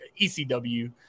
ECW